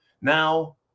Now